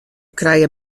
krije